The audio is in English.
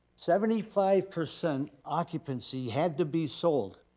seventy five percent occupancy had to be sold